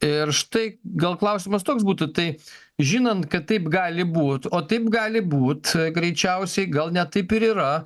ir štai gal klausimas toks būtų tai žinant kad taip gali būt o taip gali būt greičiausiai gal net taip ir yra